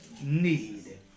need